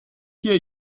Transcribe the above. hier